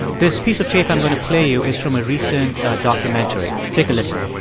this piece of tape i'm going to play you is from a recent documentary. take a listen